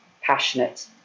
passionate